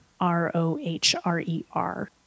R-O-H-R-E-R